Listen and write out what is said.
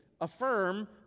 affirm